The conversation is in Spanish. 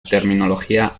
terminología